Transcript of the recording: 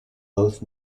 both